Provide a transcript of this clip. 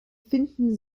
finden